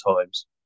times